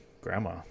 grandma